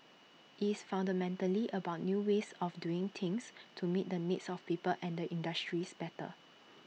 it's fundamentally about new ways of doing things to meet the needs of people and industries better